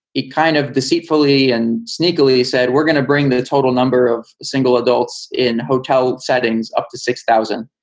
it kind of deceitfully and sneakily said we're gonna bring the total number of single adults in hotel settings up to six thousand.